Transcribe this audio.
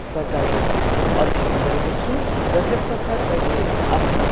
सरकारको अध्ययनमा गरेको छु र त्यसपश्चात मैले आफ्नो